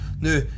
Now